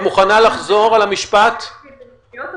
כרגע מבחינת הידע המדעי, עדיין לא יודעים לומר.